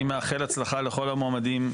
אני מאחל הצלחה לכל המועמדים.